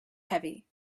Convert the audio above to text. heavy